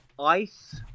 Ice